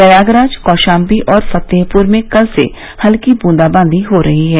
प्रयागराज कौशाम्बी और फतेहपुर में कल से हल्की बूंदा बादी हो रही है